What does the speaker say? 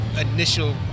initial